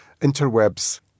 interwebs